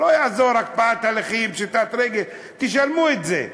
לא יעזור, הקפאת הליכים, פשיטת רגל, תשלמו את זה.